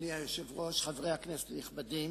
אדוני היושב-ראש, חברי הכנסת הנכבדים,